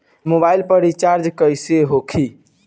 Mobile पर recharge कैसे होखी?